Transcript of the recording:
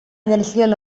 versión